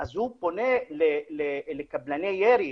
אז הוא פונה לקבלני ירי,